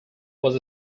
was